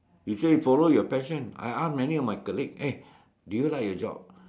they say follow your passion I ask many of my colleague hey do you like your job